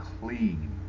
clean